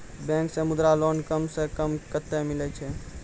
Bank से Mudra loan कम सऽ कम कतैय मिलैय छै?